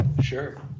Sure